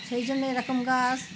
সেই জন্যে এরকম গাছ